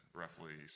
roughly